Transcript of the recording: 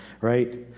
Right